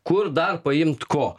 kur dar paimt ko